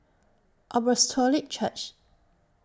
Apostolic Church